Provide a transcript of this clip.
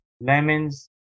lemons